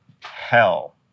hell